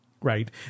right